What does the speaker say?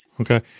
Okay